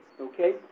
okay